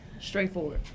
Straightforward